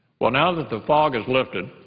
well, now that the fog has lifted,